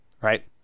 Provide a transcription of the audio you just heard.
right